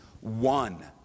one